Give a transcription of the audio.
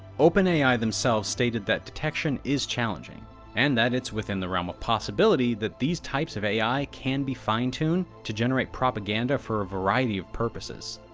openai themselves stated that detection is challenging and that it's within the realm of possibility that these types of ai can be fine-tuned to generate propaganda for a variety of purposes.